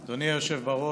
השר,